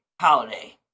holiday